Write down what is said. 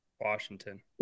Washington